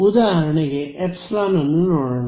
ಉದಾಹರಣೆಗೆ ಎಪ್ಸಿಲಾನ್ ಅನ್ನು ನೋಡೋಣ